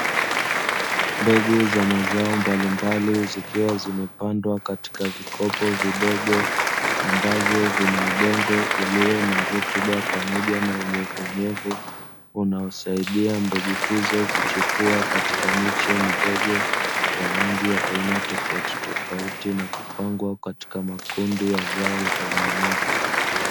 Mbegu za mazao mbalimbali zikiwa zimepandwa katika vikopo vidogo, ambavyo vina udongo ulio na rutuba pamoja na unyevunyevu unaosaidia mbegu hizo kuchipua katika miche midogo ya rangi ya aina tofautitofauti, na kupangwa katika makundi ya zao la aina moja.